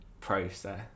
process